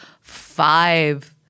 five